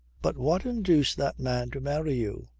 but what induced that man to marry you?